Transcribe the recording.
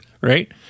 right